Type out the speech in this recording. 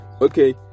Okay